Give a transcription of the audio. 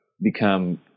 become